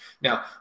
now